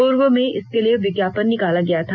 पूर्व में इसके लिए विज्ञापन निकाला गया था